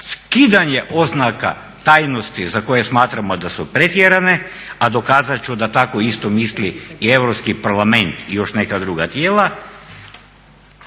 skidanje oznaka tajnosti za koje smatramo da su pretjerane, a dokazat ću da tako isto misli i Europski parlament i još neka druga tijela.